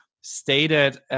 stated